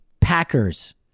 Packers